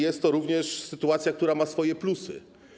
Jest to również sytuacja, która ma swoje plusy.